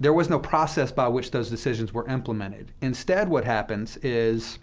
there was no process by which those decisions were implemented. instead, what happens is